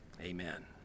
Amen